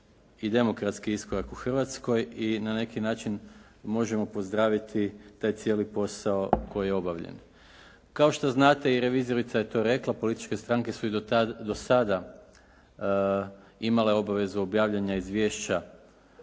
i demokratski iskorak u Hrvatskoj i na neki način možemo pozdraviti taj cijeli posao koji je obavljen. Kao što znate i revizorica je to rekla, političke stranke su i do sada imale obavezu objavljanja izvješća,